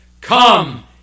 Come